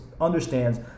understands